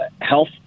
health